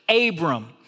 Abram